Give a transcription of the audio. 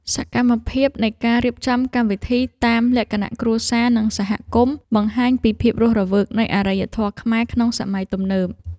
សកម្មភាពនៃការរៀបចំកម្មវិធីតាមលក្ខណៈគ្រួសារនិងសហគមន៍ បង្ហាញពីភាពរស់រវើកនៃអរិយធម៌ខ្មែរក្នុងសម័យទំនើប។